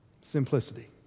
simplicity